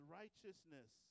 righteousness